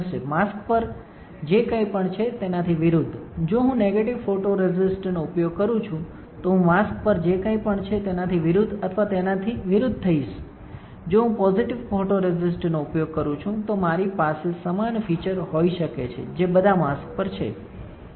mask પર જે કંઈપણ છે તેનાથી વિરુદ્ધ જો હું નેગેટિવ ફોટોરેસિસ્ટનો ઉપયોગ કરું છું તો હું માસ્ક પર જે કંઈ પણ છે તેનાથી વિરુદ્ધ અથવા તેનાથી વિરુદ્ધ થઈશ જો હું પોઝિટિવ ફોટોરેસ્ટનો ઉપયોગ કરું છું તો મારી પાસે સમાન ફીચર હોઈ શકે છે જે બધાં માસ્ક પર છે